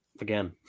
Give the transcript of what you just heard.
again